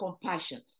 compassion